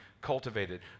cultivated